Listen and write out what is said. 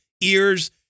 ears